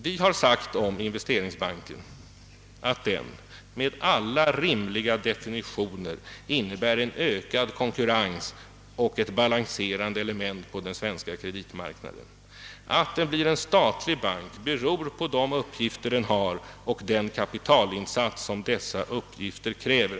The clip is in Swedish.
Vi har om investeringsbanken sagt att den med alla rimliga definitioner innebär en ökad konkurrens och ett balanserande element på den svenska kreditmarknaden. Det förhållandet att det blir en statlig bank beror på de uppgifter den har och den kapitaltillsats som dessa uppgifter kräver.